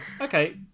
okay